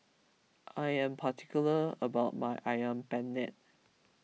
I am particular about my Ayam Penyet